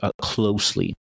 closely